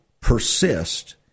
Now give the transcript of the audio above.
persist